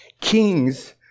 Kings